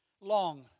long